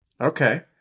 Okay